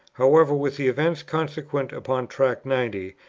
however, with the events consequent upon tract ninety,